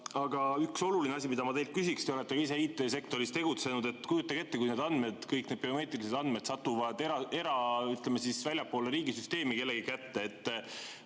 Aga üks oluline asi, mida ma teilt küsiksin. Te olete ka ise IT-sektoris tegutsenud. Kujutage ette, kui need andmed, kõik need biomeetrilised andmed satuvad väljapoole riigisüsteemi kellegi kätte.